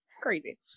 Crazy